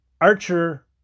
Archer